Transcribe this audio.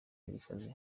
yabashije